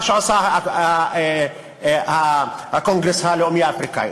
מה שעושה הקונגרס הלאומי האפריקני,